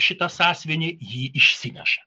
šitą sąsiuvinį jį išsineša